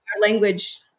language